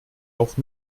auch